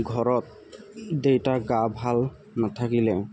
ঘৰত দেউতাৰ গা ভাল নাথাকিলে